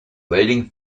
leading